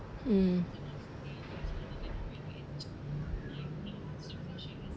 mm